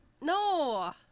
no